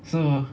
so